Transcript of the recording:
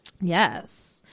Yes